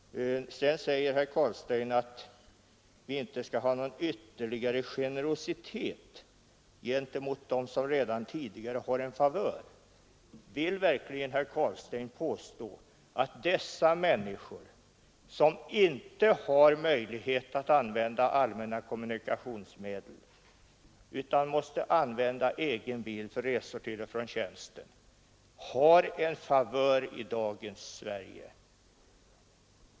Herr Carlstein säger sedan att vi inte skall visa någon ytterligare generositet gentemot dem som redan tidigare har en favör. Vill verkligen herr Carlstein påstå att de människor, som inte har möjlighet att använda allmänna kommunikationsmedel utan måste använda egen bil för resor till och från arbetsplatsen, har en favör i dagens Sverige?